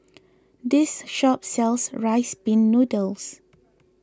this shop sells Rice Pin Noodles